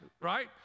right